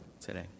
today